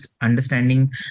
understanding